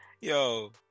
Yo